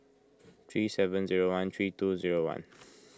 three seven zero one three two zero one